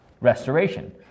restoration